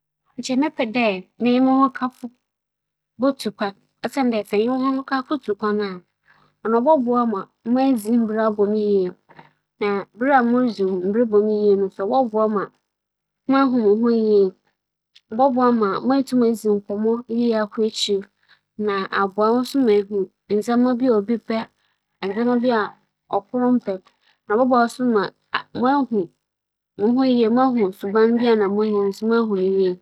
Mebɛpɛ dɛ mo nko menye mo dͻfo botu kwan akɛhyɛ beebi kyɛn dɛ menye m'anyɛnkofo bͻkͻ siantsir nye dɛ, wo dͻfo wͻ wo nkyɛn a, ͻma wo ahomka ara yie na ͻma ͻdͻ a ͻwͻ hom ntamu no so ͻda edzi, hͻn enyi bɛgye na dɛm adze no ͻbɛyɛ nkae dɛ wͻ hͻn abrabͻ mu dɛm ntsi menye mo dͻfo bͻkͻ akɛhyɛ beebi na yɛagye hɛn enyiwa kyɛn dɛ menye m'anyɛnkofo bͻkͻ.